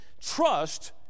trust